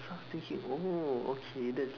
so I was thinking oh okay that's